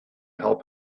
help